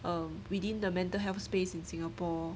um within the mental health space in singapore